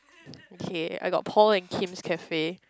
okay I got Paul and Kim's cafe